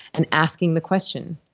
and asking the question,